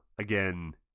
again